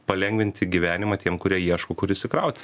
palengvinti gyvenimą tiem kurie ieško kur įsikrauti